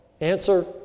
Answer